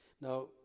Now